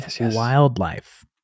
wildlife